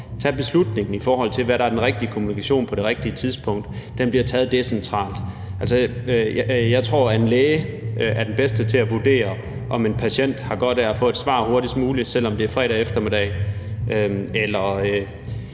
at beslutningen, i forhold til hvad der er den rigtige kommunikation på det rigtige tidspunkt, bedst bliver taget decentralt. Altså, jeg tror, at en læge er den bedste til at vurdere, om en patient har godt af at få et svar hurtigst muligt, selv om det er fredag eftermiddag, eller